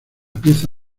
pieza